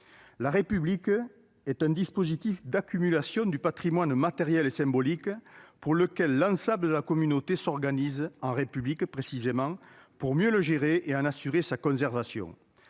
La République est un dispositif d'accumulation du patrimoine matériel et symbolique pour lequel l'ensemble de la communauté s'organise, en république précisément, pour mieux le gérer et en assurer sa conservation.